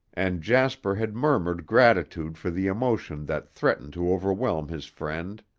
and jasper had murmured gratitude for the emotion that threatened to overwhelm his friend.